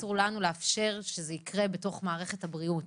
שאסור לנו לאפשר שזה יקרה בתוך מערכת הבריאות.